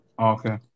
Okay